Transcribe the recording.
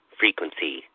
frequency